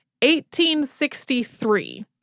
1863